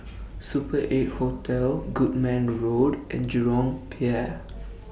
Super eight Hotel Goodman Road and Jurong Pier